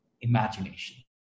imagination